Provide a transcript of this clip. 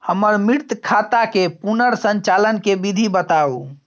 हमर मृत खाता के पुनर संचालन के विधी बताउ?